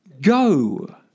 go